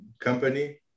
company